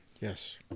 Yes